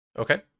Okay